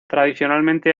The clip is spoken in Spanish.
tradicionalmente